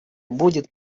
будет